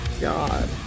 God